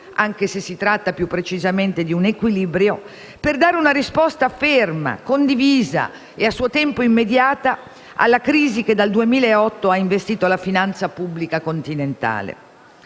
(anche se si tratta più precisamente di un equilibrio), e per dare una risposta ferma, condivisa e a suo tempo immediata alla crisi che dal 2008 ha investito la finanza pubblica continentale.